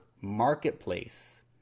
marketplace